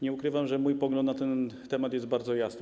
Nie ukrywam, że mój pogląd na ten temat jest bardzo jasny.